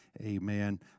Amen